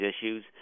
issues